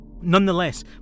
Nonetheless